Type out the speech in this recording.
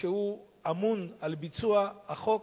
שאמון על ביצוע החוק